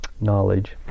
knowledge